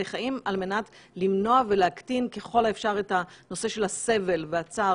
חיים על מנת למנוע ולהקטין ככל האפשר את הנושא של הסבל והצער